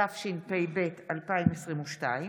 התשפ"ב 2022,